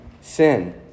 sin